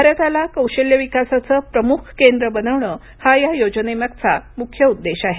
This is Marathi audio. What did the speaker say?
भारताला कौशल्य विकासाचं प्रमुख केंद्र बनवणं हा या योजनेमागचा मुख्य उद्देश आहे